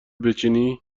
بچینی